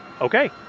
okay